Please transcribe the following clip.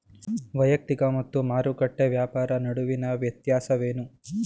ವೈಯಕ್ತಿಕ ಮತ್ತು ಮಾರುಕಟ್ಟೆ ವ್ಯಾಪಾರ ನಡುವಿನ ವ್ಯತ್ಯಾಸವೇನು?